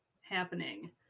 happening